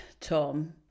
Tom